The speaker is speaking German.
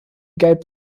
gelb